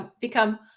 become